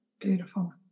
beautiful